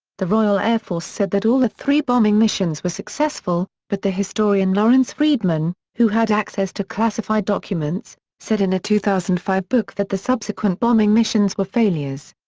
the royal air force said that all the three bombing missions were successful, but the historian lawrence freedman, who had access to classified documents, said in a two thousand and five book that the subsequent bombing missions were failures.